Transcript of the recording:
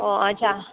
ഓ അച്ചാ